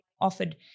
offered